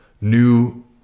new